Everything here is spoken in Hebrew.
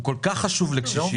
הוא כל כך חשוב לקשישים.